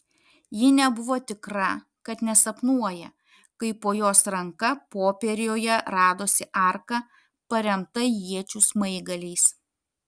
ji nebuvo tikra kad nesapnuoja kai po jos ranka popieriuje radosi arka paremta iečių smaigaliais